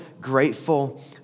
grateful